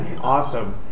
Awesome